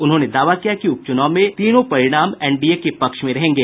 उन्होंने दावा किया कि उप चुनाव के तीनों परिणाम एनडीए के पक्ष में रहेंगे